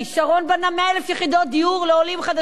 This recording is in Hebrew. שרון בנה 100,000 יחידות דיור לעולים חדשים.